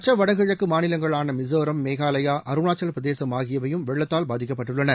மற்ற வடகிழக்கு மாநிலங்களான மிசோரம் மேகாலயா அருணாச்சல பிரதேசம் ஆகியவையும் வெள்ளத்தால் பாதிக்கப்பட்டுள்ளன